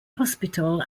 hospital